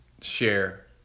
share